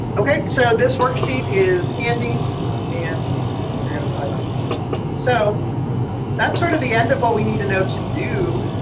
okay, so this worksheet is handy and you're going to probably so that's sort of the end of all we need to know to do